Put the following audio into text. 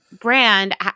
brand